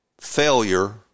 failure